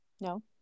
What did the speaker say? No